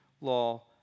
law